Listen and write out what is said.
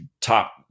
top